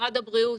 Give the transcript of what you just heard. ממשרד הבריאות